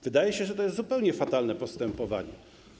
Wydaje się, że to jest zupełnie fatalne postępowanie.